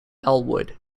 elwood